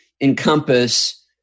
encompass